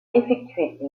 effectué